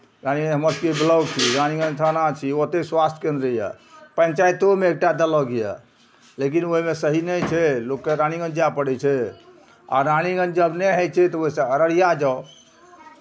रानीगञ्ज हमर सभके बलोक छी रानीगञ्ज थाना छी ओतहि स्वास्थ्य केन्द्र यए पञ्चायतोमे एक टा देलक यए लेकिन ओहिमे सही नहि छै लोककेँ रानीगञ्ज जाए पड़ै छै आ रानीगञ्ज जब नहि होइ छै तऽ ओहिसँ अररिया जाउ